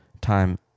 time